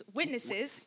witnesses